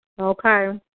Okay